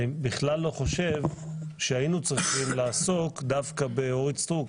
אני בכלל לא חושב שהיינו צריכים לעסוק דווקא באורית סטרוק.